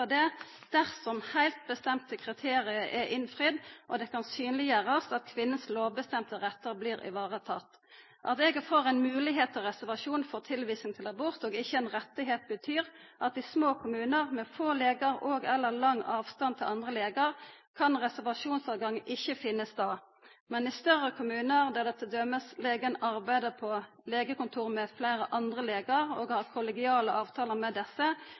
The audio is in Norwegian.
det dersom heilt bestemte kriterium er innfridde, og det kan synleggjerast at kvinnas lovbestemte rettar vert varetatt. Det at eg er for ei moglegheit til reservasjon for tilvising til abort, og ikkje ein rett, betyr at i små kommunar med få legar og/eller lang avstand til andre legar kan reservasjonsmoglegheit ikkje finna stad. Men i større kommunar, der t.d. legen arbeider på legekontor med fleire andre legar og har kollegiale avtalar med desse,